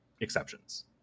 exceptions